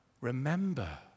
remember